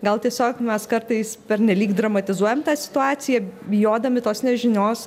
gal tiesiog mes kartais pernelyg dramatizuojam tą situaciją bijodami tos nežinios